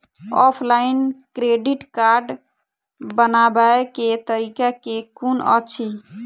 Offline credit card बनाबै केँ तरीका केँ कुन अछि?